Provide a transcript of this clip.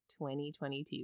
2022